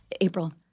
April